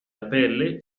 apelle